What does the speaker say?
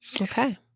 Okay